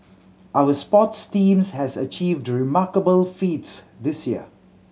our sports teams have achieved remarkable feats this year